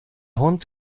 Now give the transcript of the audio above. hund